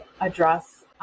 address